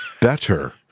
better